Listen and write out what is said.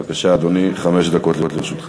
בבקשה, אדוני, חמש דקות לרשותך.